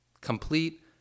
complete